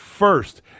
First